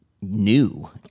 new